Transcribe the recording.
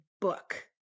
book